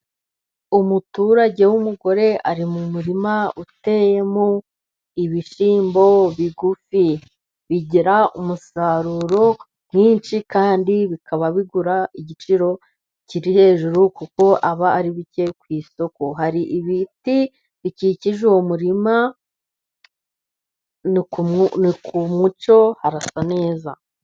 Umuturage w'umugore ari mu murima uteyemo ibishyimbo bigufi .Bigira umusaruro mwinshi kandi bikaba bigura igiciro kiri hejuru kuko aba ari bike ku isoko hari ibiti bikikije uwo murima, ni ku mucyo harasa neza.